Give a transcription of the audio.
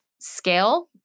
scale